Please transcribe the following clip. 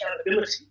accountability